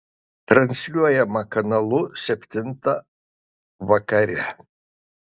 transliuojama kanalu septintą vakare